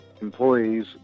employees